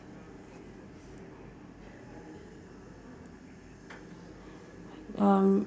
um